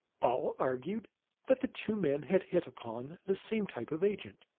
all argued that the two men had hit upon the same type of agent.